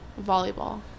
Volleyball